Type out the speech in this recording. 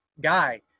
Guy